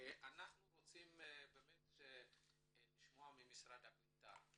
אנחנו רוצים לשמוע ממשרד הקליטה.